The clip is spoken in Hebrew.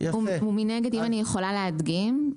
מנגד, אם אני יכולה להדגים.